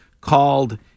called